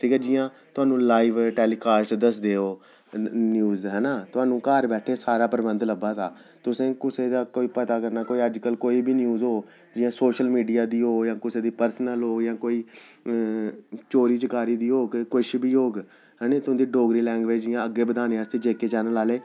ठीक ऐ जि'यां थाह्नूं लाइव टेलीकॉस्ट दसदे ओह् न्यूज़ दा ऐना थाह्नूं घर बैठे दे सारा प्रबंध लब्भा दा तुसें कुसै दा कोई पता करना कोई अज्ज कल कोई बी न्यूज़ होग जि'यां सोशल मीडिया दी होग जां कुसै दी पर्सनल होग जां कोई चोरी चकारी दी होग कुछ बी होग ऐनी तुंदी डोगरी लैग्वेज़ जि'यां अग्गें बधानै आस्तै जे के चैनल आह्ले